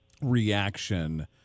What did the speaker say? reaction